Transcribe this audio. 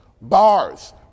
bars